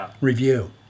review